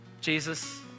Jesus